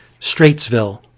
Straitsville